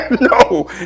No